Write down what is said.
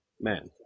Man